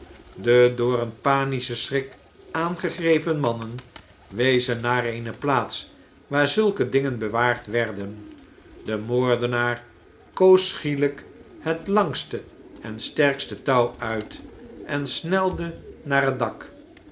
de door een panischen schrik aangegrepen mannen wezen naar eene plaats waar zulke dingen bewaard werden de moordenaar koos schielijk het langste en sterkste touw uit en snelde naar het dak